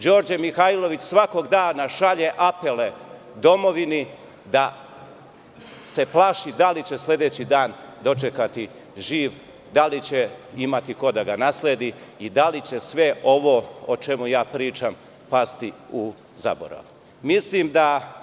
Đorđe Mihajlović svakog dana šalje apele domovini da se plaši da li će sledeći dan dočekati živ, da li će imati ko da ga nasledi i da li će sve ovo o čemu pričam pasti u zaborava.